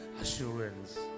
assurance